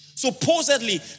supposedly